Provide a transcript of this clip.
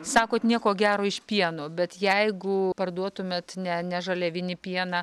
sakot nieko gero iš pieno bet jeigu parduotumėt ne ne žaliavinį pieną